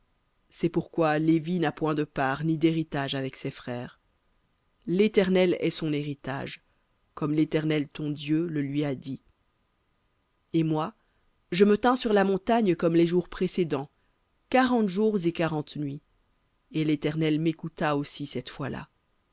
c'est pourquoi lévi n'a point de part ni d'héritage avec ses frères l'éternel est son héritage comme l'éternel ton dieu le lui a dit v litt et moi je me tins sur la montagne comme les jours précédents quarante jours et quarante nuits et l'éternel m'écouta aussi cette fois-là